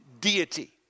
deity